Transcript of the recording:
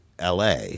LA